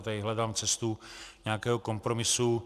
Já tady hledám cestu nějakého kompromisu.